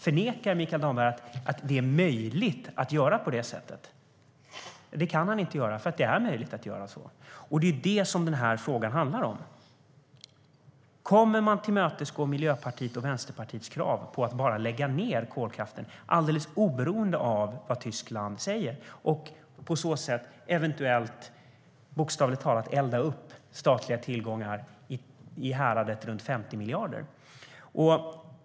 Förnekar Mikael Damberg att det är möjligt att göra på det sättet? Det kan han inte göra, för det är möjligt att göra det. Det är det som denna fråga handlar om. Kommer man att tillmötesgå Miljöpartiets och Vänsterpartiets krav på att lägga ned kolkraften oberoende av vad Tyskland säger och på så sätt - eventuellt - bokstavligt talat elda upp statliga tillgångar i häradet runt 50 miljarder?